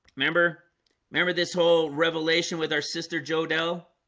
remember remember this whole revelation with our sister joe dell